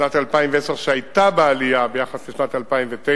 שנת 2010, שהיתה בעלייה ביחס לשנת 2009,